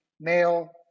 male